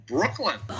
Brooklyn